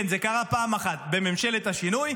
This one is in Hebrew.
כן, זה קרה פעם אחת, בממשלת השינוי.